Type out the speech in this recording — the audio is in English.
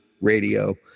radio